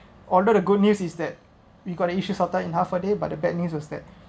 although the good news is that we've got the issue sorted in half a day but the bad news was that